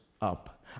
up